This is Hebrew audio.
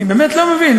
אני באמת לא מבין.